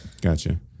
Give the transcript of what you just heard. Gotcha